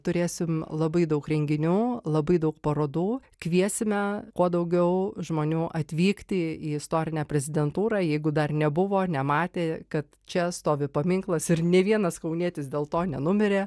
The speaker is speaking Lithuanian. turėsim labai daug renginių labai daug parodų kviesime kuo daugiau žmonių atvykti į istorinę prezidentūrą jeigu dar nebuvo nematė kad čia stovi paminklas ir nė vienas kaunietis dėl to nenumirė